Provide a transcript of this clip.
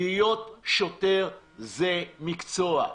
להיות שוטר זה מקצוע.